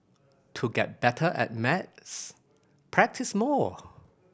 to get better at maths practise more